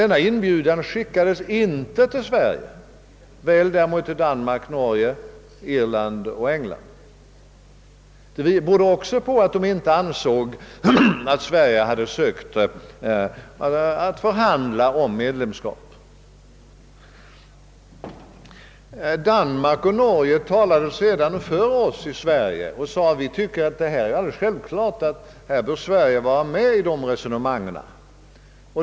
Denna inbjudan skickades emellertid inte till Sverige men däremot till Danmark, Norge, Irland och England. Detta berodde också på att de inte ansåg att Sverige hade sökt förhandla om medlemskap. Danmark och Norge talade sedan för Sverige och framhöll, att de fann det alldeles självklart att Sverige borde delta i dessa resonemang.